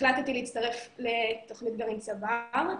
החלטתי להצטרף לתוכנית גרעין "צבר".